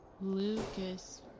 Lucas